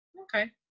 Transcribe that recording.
Okay